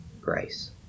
grace